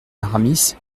aramis